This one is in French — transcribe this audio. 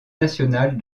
nationale